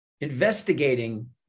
investigating